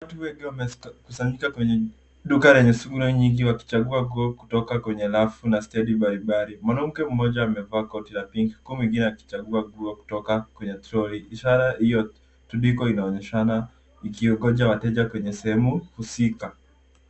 Watu wengi wamejikusanyika kwenye duka lenye shughuli nyingi wakichagua nguo kutoka kwenye rafu na stendi mbalimbali. Mwanamke mmoja amevaa koti la pink huku akichagua nguo kutoka kwenye troli. Ishara iliyotundikwa inaonyeshana, ikingoja wateja kwenye sehemu husika.